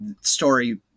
story